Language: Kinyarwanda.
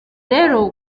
rero